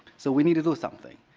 so we need to do something,